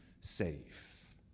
safe